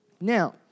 Now